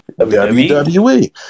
WWE